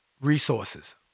resources